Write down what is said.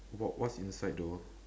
what what's inside though